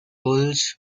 bulls